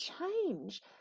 change